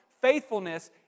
Faithfulness